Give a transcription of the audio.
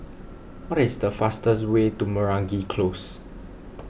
what is the fastest way to Meragi Close